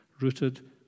rooted